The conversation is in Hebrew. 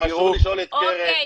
גם אסור לשאול את קרן,